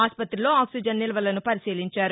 ఆస్పతిలో oxygen నిల్వలను పరిశీలించారు